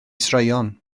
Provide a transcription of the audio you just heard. straeon